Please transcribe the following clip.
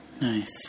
Nice